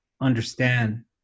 understand